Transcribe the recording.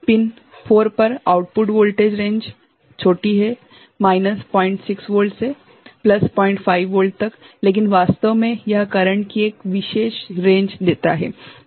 pin 4 पर output voltage range छोटी है माइनस 06 वोल्ट से प्लस 05 वोल्ट तक लेकिन वास्तव में यह करेंट की एक विशेष रेंज़ देता है